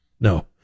No